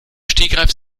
stegreif